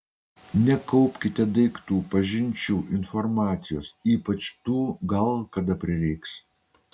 nekaupkite daiktų pažinčių informacijos ypač tų gal kada prireiks